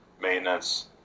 maintenance